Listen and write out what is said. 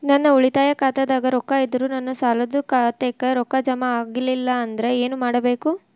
ನನ್ನ ಉಳಿತಾಯ ಖಾತಾದಾಗ ರೊಕ್ಕ ಇದ್ದರೂ ನನ್ನ ಸಾಲದು ಖಾತೆಕ್ಕ ರೊಕ್ಕ ಜಮ ಆಗ್ಲಿಲ್ಲ ಅಂದ್ರ ಏನು ಮಾಡಬೇಕು?